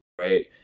right